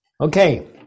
Okay